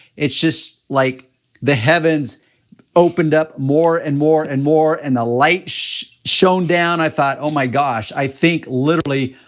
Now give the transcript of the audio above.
it's just like the heavens opened up more and more and more, and the light shown down. i thought, oh my gosh, i think, literally,